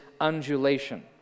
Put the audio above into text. undulation